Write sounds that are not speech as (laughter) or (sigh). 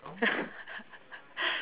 (laughs)